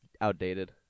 outdated